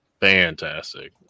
Fantastic